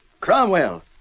Cromwell